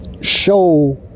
show